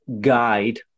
guide